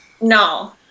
No